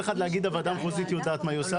אחד להגיד שהוועדה המחוזית יודעת מה היא עושה